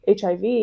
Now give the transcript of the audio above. HIV